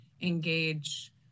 engage